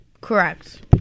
correct